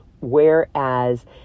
whereas